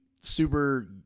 super